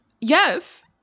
Yes